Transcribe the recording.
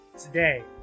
today